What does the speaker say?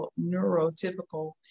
neurotypical